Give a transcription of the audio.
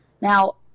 Now